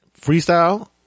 freestyle